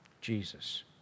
Jesus